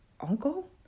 uncle